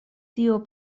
tiu